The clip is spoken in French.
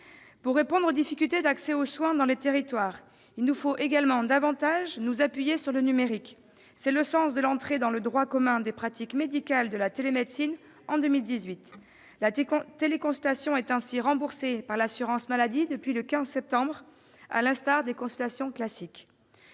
Pour répondre aux difficultés d'accès aux soins dans les territoires, il nous faut également nous appuyer davantage sur le numérique. C'est le sens de l'entrée dans le droit commun des pratiques médicales de la télémédecine en 2018. La téléconsultation est ainsi remboursée par l'assurance maladie depuis le 15 septembre dernier, à l'instar des consultations classiques.